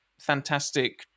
Fantastic